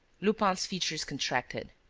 lupin's features contracted.